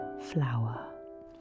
flower